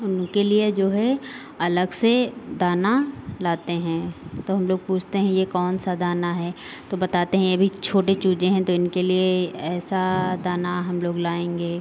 उनके लिए जो है अलग से दाना लाते हैं तो हम लोग पूछते हैं ये कौन सा दाना है तो बताते हैं ये अभी छोटे चूजे हैं तो इनके लिए ऐसा दाना हम लोग लाएँगे